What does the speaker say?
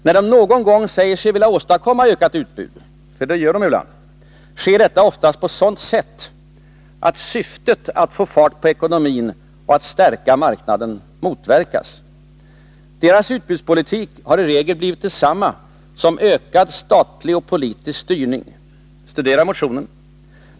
När de någon gång säger sig vilja åstadkomma ökat utbud — för det gör de ibland — sker detta oftast på sådant sätt att syftet att få fart på ekonomin och stärka marknaden motverkas. Deras utbudspolitik har i regel blivit detsamma som ökad statlig och politisk styrning. Studera motionen!